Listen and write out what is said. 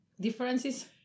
differences